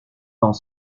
dans